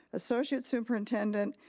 associate superintendent,